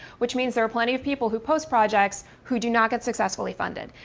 which means there are plenty of people who post projects who do not get successfully funded.